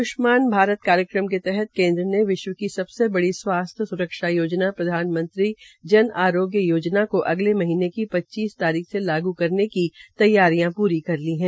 आय्ष्मान भारत कार्यक्रम के तहत केन्द्र ने विश्व के बड़ी स्वास्थ्य स्रक्षा योजना प्रधानमंत्री जन आरोग्य योजना को अलगे महीनें की पच्चीस तारीख से लागू करने की तैयारियां प्री कर ली है